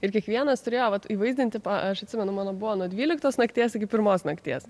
ir kiekvienas turėjo vat įvaizdinti aš atsimenu mano buvo nuo dvyliktos nakties iki pirmos nakties